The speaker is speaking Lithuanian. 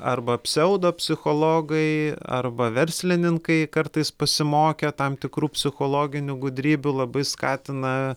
arba pseudopsichologai arba verslininkai kartais pasimokę tam tikrų psichologinių gudrybių labai skatina